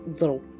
little